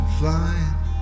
flying